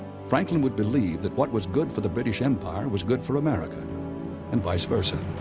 franklin would believe that what was good for the british empire was good for america and vice versa.